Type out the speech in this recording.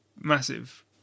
massive